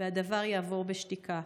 והדבר יעבור בשתיקה.